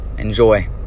Enjoy